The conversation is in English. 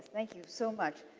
thank you so much.